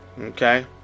Okay